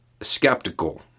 skeptical